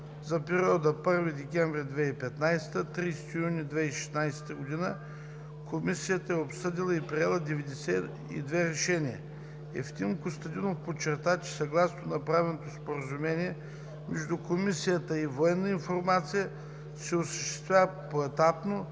За периода 1 декември 2015 г. – 30 юни 2016 г. Комисията е обсъдила и приела 92 решения. Евтим Костадинов подчерта, че съгласно направено Споразумение между Комисията и „Военна информация“ се осъществява поетапно